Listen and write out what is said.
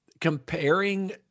comparing